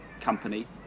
company